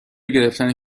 گرفتن